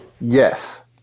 yes